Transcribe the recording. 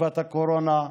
בתקופת הקורונה,